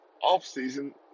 off-season